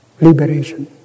liberation